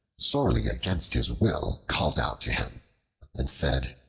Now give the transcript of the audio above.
sorely against his will, called out to him and said,